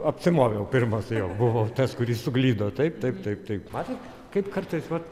apsimoviau pirmas jau buvo tas kuris suklydo taip taip taip taip matot kaip kartais vat